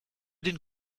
den